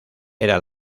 era